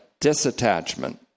disattachment